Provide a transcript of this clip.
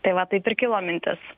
tai va taip ir kilo mintis